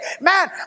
man